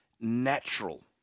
natural